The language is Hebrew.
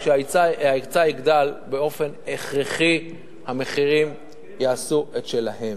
כשההיצע יגדל, באופן הכרחי המחירים יעשו את שלהם.